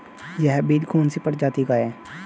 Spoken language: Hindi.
यह बीज कौन सी प्रजाति का है?